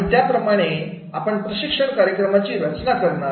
आणि त्याप्रमाणे आपण प्रशिक्षण कार्यक्रमाची रचना करणार